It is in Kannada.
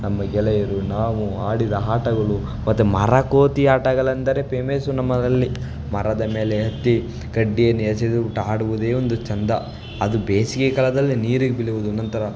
ನಮ್ಮ ಗೆಳೆಯರು ನಾವು ಆಡಿದ ಆಟಗಳು ಮತ್ತು ಮರ ಕೋತಿ ಆಟಗಳೆಂದರೆ ಪೇಮೆಸ್ಸು ನಮ್ಮದಲ್ಲಿ ಮರದ ಮೇಲೆ ಹತ್ತಿ ಕಡ್ಡಿಯನ್ನು ಎಸೆದುಬಿಟ್ಟು ಆಡುವುದೇ ಒಂದು ಚಂದ ಅದು ಬೇಸಿಗೆ ಕಾಲದಲ್ಲಿ ನೀರಿಗೆ ಬೀಳುವುದು ನಂತರ